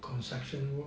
construction work